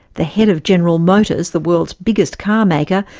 the head of general motors, the world's biggest car maker,